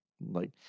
like-